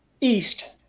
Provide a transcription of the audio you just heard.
east